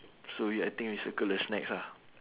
so you I think you circle the snacks ah